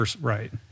Right